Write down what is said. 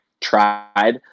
tried